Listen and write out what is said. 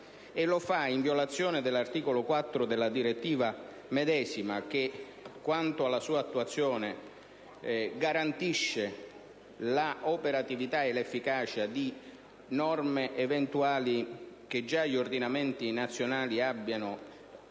peraltro in violazione dell'articolo 4 della direttiva medesima che, quanto alla sua attuazione, garantisce l'operatività e l'efficacia di norme eventuali che già gli ordinamenti nazionali posseggono